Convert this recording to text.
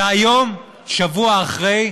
והיום, שבוע אחרי,